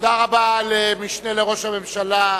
תודה רבה למשנה לראש הממשלה,